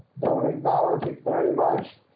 don't acknowledge it very much.